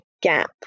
gap